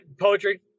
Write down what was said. Poetry